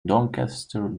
doncaster